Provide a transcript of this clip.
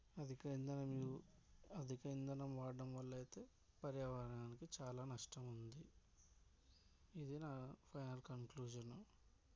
అధిక ఇంధనం యూ అధిక ఇంధనం వాడడం వల్ల అయితే పర్యావరణానికి చాలా నష్టం ఉంది ఇది నా ఫైనల్ కంక్లూజన్